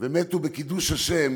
ומתו על קידוש השם